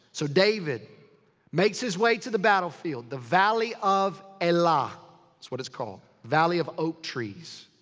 so david makes his way to the battlefield. the valley of elah. that's what it's called. valley of oak trees.